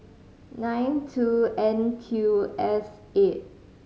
nine two N Q S eight